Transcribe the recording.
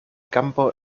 campo